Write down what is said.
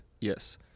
yes